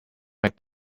make